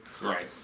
Right